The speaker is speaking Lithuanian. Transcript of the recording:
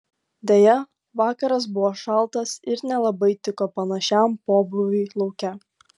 deja vakaras buvo šaltas ir nelabai tiko panašiam pobūviui lauke